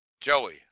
Joey